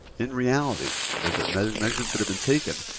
in reality, with measurements that have been taken,